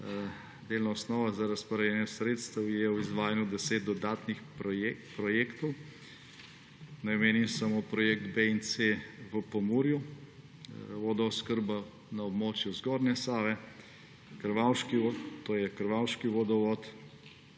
delna osnova za razporejanje sredstev, je v izvajanju 10 dodatnih projektov. Naj omenim samo projekta B in C v Pomurju, vodooskrba na območju zgornje Save, to je krvavški vodov.